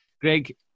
Greg